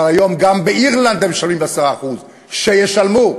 אבל היום גם באירלנד הם משלמים 10%. שישלמו.